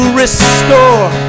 restore